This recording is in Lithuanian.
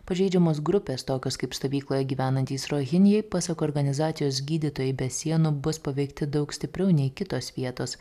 pažeidžiamos grupės tokios kaip stovykloje gyvenantys rohinjiai pasak organizacijos gydytojai be sienų bus paveikti daug stipriau nei kitos vietos